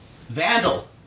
Vandal